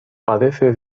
padece